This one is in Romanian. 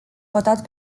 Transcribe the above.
votat